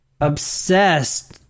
obsessed